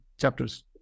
chapters